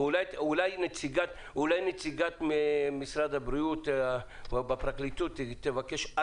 ואולי נציגת משרד הבריאות בפרקליטות תבקש שוב